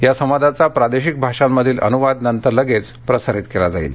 या संवादाचा प्रादेशिक भाषांमधील अनुवाद नंतर लगेच प्रसारित केला जाईल